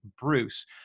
Bruce